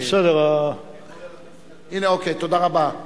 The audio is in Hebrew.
הנה, תודה רבה.